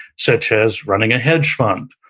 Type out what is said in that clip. such as running a hedge fund,